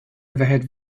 overhead